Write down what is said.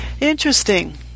Interesting